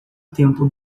tempo